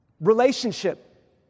Relationship